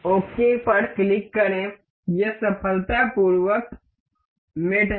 okay पर click करें यह सफलतापूर्वक मेट है